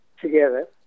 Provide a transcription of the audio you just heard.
together